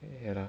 ya